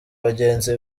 bagenzi